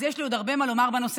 אז יש לי עוד הרבה מה לומר בנושא,